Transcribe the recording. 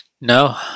no